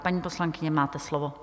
Paní poslankyně, máte slovo.